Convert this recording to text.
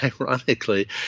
ironically